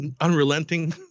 unrelenting